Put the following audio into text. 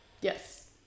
Yes